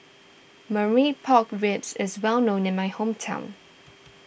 Marmite Pork Ribs is well known in my hometown